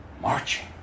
marching